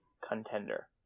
contender